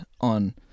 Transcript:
on